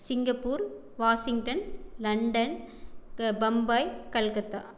Singapore Washington London Bombay calcutta